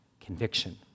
conviction